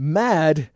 mad